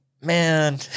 Man